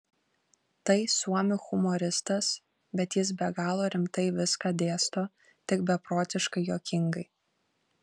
tai suomių humoristas bet jis be galo rimtai viską dėsto tik beprotiškai juokingai